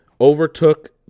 overtook